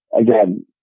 Again